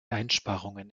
einsparungen